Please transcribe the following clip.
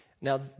Now